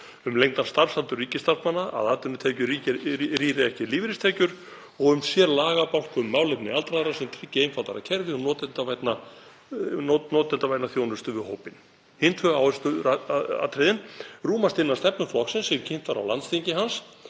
Um lengdan starfsaldur ríkisstarfsmanna, að atvinnutekjur rýri ekki lífeyristekjur og um sérlagabálk um málefni aldraðra sem tryggi einfaldara kerfi og notendavæna þjónustu við hópinn. Hin tvö áhersluatriðin rúmast innan stefnu flokksins sem kynnt var á landsþingi hans